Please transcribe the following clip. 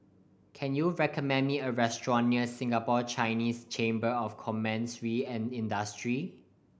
can you recommend me a restaurant near Singapore Chinese Chamber of Commerce and Industry